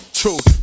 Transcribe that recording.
truth